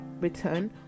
return